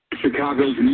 Chicago's